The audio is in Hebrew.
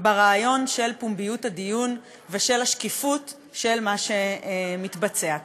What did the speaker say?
ברעיון של פומביות הדיון ושל השקיפות של מה שמתבצע כאן.